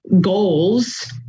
goals